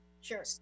Sure